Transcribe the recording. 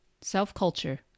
Self-culture